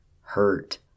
hurt